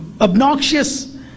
Obnoxious